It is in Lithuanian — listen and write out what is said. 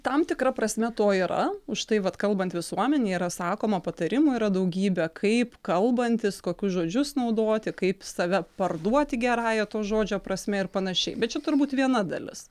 tam tikra prasme to yra už tai vat kalbant visuomenėj yra sakoma patarimų yra daugybė kaip kalbantis kokius žodžius naudoti kaip save parduoti gerąja to žodžio prasme ir panašiai bet čia turbūt viena dalis